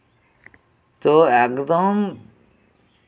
ᱛᱚ ᱮᱠᱫᱚᱢ